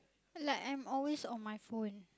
like I'm always on my phone